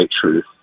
truth